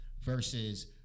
versus